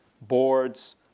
boards